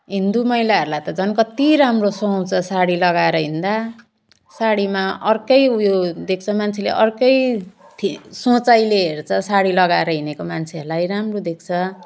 हिन्दू महिलाहरूलाई त झन् कति राम्रो सुहाउँछ साडी लगाएर हिँड्दा साडीमा अर्कै उयो देख्छ मान्छेले अर्कै सोचाइले हेर्छ साडी लगाएर हिँडेको मान्छेलाई राम्रो देख्छ